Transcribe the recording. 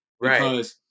Right